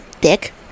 dick